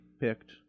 picked